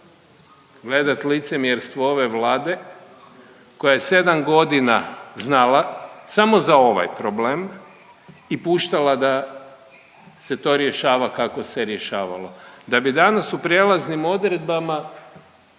gledat licemjerstvo ove Vlade koja je 7.g. znala samo za ovaj problem i puštala da se to rješava kako se rješavalo, da bi danas u prijelaznim odredbama